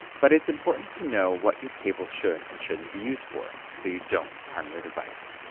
but it's important to know what your cable should and shouldn't be used for so you don't harm your device.